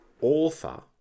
author